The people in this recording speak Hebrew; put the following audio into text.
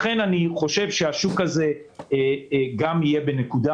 לכן אני חושב שהשוק הזה גם יהיה בנקודה